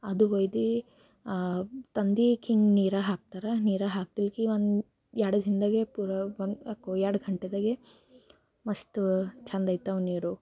ಅದು ಹೊಯ್ದೀ ತಂದೀಕಿ ಹಿಂಗೆ ನೀರಾಗೆ ಹಾಕ್ತಾರೆ ನೀರಾಗ್ಗ ಹಾಕ್ಲಿಕ್ಕೆ ಒಂದು ಎರಡು ದಿನ್ದಾಗೆ ಪೂರ ಬಂದು ಹಾಕು ಎರಡು ಘಂಟೆದಾಗೆ ಮಸ್ತು ಚೆಂದ ಆಯ್ತವ ನೀರು